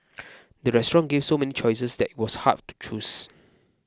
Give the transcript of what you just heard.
the restaurant gave so many choices that it was hard to choose